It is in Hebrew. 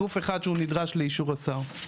גוף אחד שהוא נדרש לאישור השר.